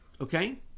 okay